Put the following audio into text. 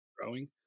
growing